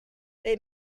they